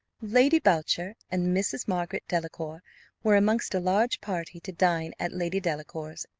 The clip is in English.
lady boucher and mrs. margaret delacour were, amongst a large party, to dine at lady delacour's.